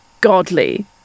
godly